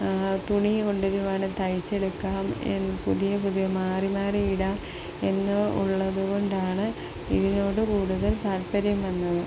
തുണി കൊണ്ടുവരികയാണെങ്കില് തയ്ച്ചെടുക്കാം പുതിയ പുതിയ മാറി മാറിയിടാമെന്നുള്ളത് കൊണ്ടാണ് ഇതിനോട് കൂടുതൽ താൽപര്യം വന്നത്